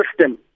system